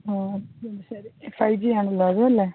ആ ശരി ശരി ഫൈ ജിയാണല്ലോ അതും അല്ലേ